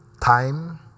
Time